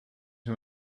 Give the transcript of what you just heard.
too